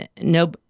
no